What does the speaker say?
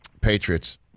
Patriots